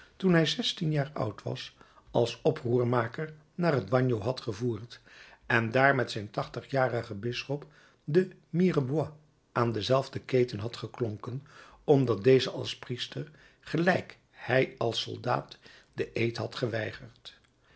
toen hij zestien jaar oud was als oproermaker naar het bagno had gevoerd en daar met den tachtigjarigen bisschop de mireboix aan dezelfde keten had geklonken omdat deze als priester gelijk hij als soldaat den eed had geweigerd